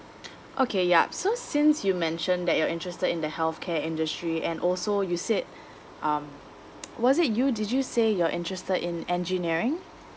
okay yup so since you mentioned that you're interested in the healthcare industry and also you said um was it you did you say you're interested in engineering